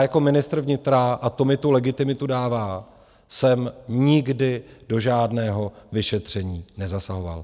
Jako ministr vnitra a to mi tu legitimitu dává jsem nikdy do žádného vyšetření nezasahoval.